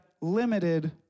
limited